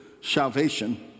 salvation